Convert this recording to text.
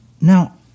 Now